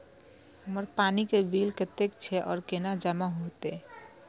हमर पानी के बिल कतेक छे और केना जमा होते?